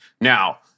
Now